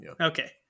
Okay